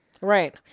Right